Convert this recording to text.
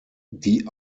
die